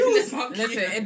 Listen